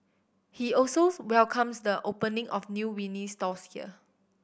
he also welcomes the opening of new vinyl stores here